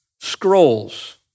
Scrolls